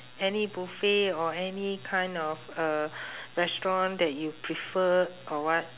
any buffet or any kind of a restaurant that you prefer or what